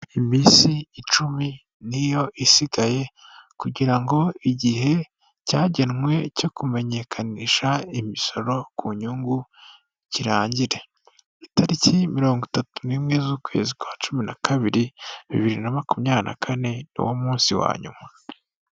Iminsi icumi niyo isigaye kugira ngo igihe cyagenwe cyo kumenyekanisha imisoro ku nyungu kirangire itariki mirongo itatu n'imwe z'ukwezi kwa cumi na kabiri bibiri na makumyabiri na kane niwo munsi wa nyuma.